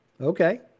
Okay